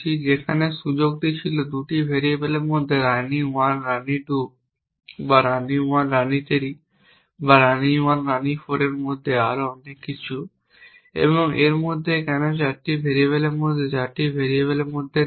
যেখানে সুযোগটি ছিল 2টি ভেরিয়েবলের মধ্যে রানী 1 রানী 2 বা রানী 1 রানী 3 বা রানী 1 এবং রানী 4 এর মধ্যে এবং আরও অনেক কিছু এবং এর মধ্যে কেন 4টি ভেরিয়েবলের মধ্যে 3টি ভেরিয়েবলের মধ্যে নয়